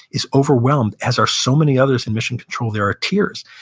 is overwhelmed, as are so many others in mission control. there are tears.